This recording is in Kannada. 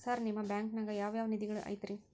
ಸರ್ ನಿಮ್ಮ ಬ್ಯಾಂಕನಾಗ ಯಾವ್ ಯಾವ ನಿಧಿಗಳು ಐತ್ರಿ?